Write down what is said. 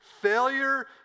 Failure